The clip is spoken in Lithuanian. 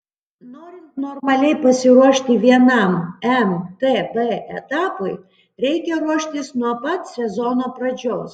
norint normaliai pasiruošti vienam mtb etapui reikia ruoštis nuo pat sezono pradžios